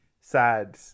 sad